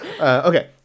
okay